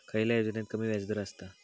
खयल्या योजनेत कमी व्याजदर असता?